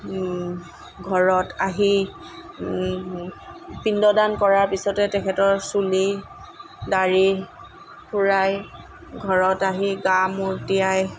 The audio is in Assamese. ঘৰত আহি পিণ্ড দান কৰাৰ পিছতে তেখেতৰ চুলি ডাঢ়ি খুড়াই ঘৰত আহি গা মূৰ তিয়াই